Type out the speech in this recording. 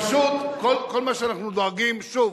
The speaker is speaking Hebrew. פשוט, כל מה שאנחנו דואגים, שוב,